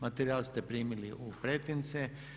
Materijal ste primili u pretince.